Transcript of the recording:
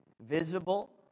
visible